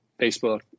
Facebook